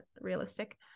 realistic